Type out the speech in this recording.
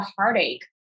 heartache